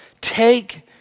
Take